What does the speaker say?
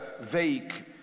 vague